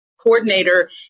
coordinator